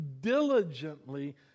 diligently